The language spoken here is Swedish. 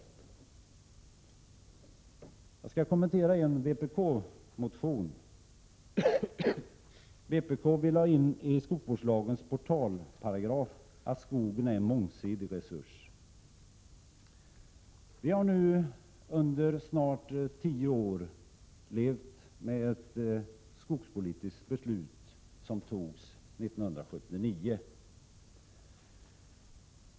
Jag skall också kommentera en vpk-motion. Vpk vill ha in i skogsvårdslagens portalparagraf att skogen är en mångsidig resurs. Vi har nu under snart 10 år levt med ett skogspolitiskt beslut som togs 1979.